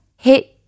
hit